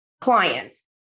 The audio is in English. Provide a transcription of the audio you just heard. clients